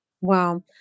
Wow